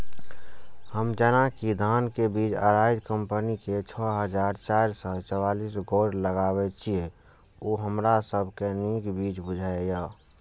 हम जेना कि धान के बीज अराइज कम्पनी के छः हजार चार सौ चव्वालीस गोल्ड लगाबे छीय उ हमरा सब के नीक बीज बुझाय इय?